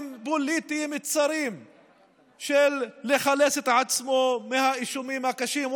פוליטיים צרים לחלץ את עצמו מהאישומים הקשים.